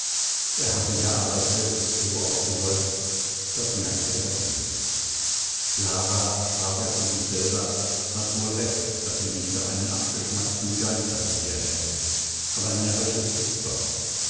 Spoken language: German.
er hatte ja aber selbst so aufgeseufzt das merkte er wohl clara sprach er zu sich selber hat wohl recht daß sie mich für einen abgeschmackten geisterseher hält aber närrisch ist es doch